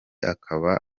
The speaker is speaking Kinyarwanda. akaba